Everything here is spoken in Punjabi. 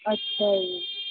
ਅੱਛਾ ਜੀ